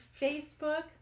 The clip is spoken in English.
Facebook